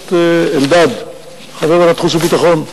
הכנסת אלדד, חבר ועדת החוץ והביטחון,